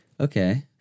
Okay